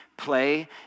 play